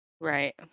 right